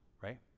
right